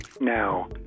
now